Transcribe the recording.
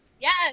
Yes